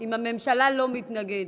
אם הממשלה לא מתנגדת,